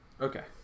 Okay